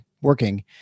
working